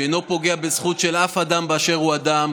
שאינו פוגע בזכות של אף אדם באשר הוא אדם.